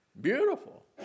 Beautiful